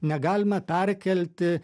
negalima perkelti